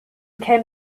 came